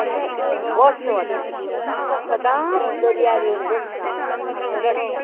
अशें एक वर्स वता तो सदांच दर्यार येवन बसता आनी रडटा